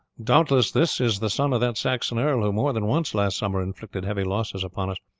doubtless this is the son of that saxon earl who more than once last summer inflicted heavy losses upon us.